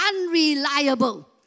Unreliable